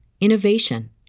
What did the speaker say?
innovation